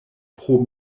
pro